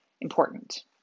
important